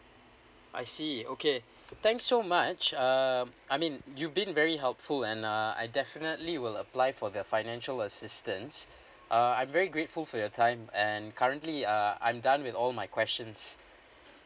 I see okay thanks so much uh I mean you've been very helpful and uh I definitely will apply for the financial assistance uh I'm very grateful for your time and currently uh I'm done with all my questions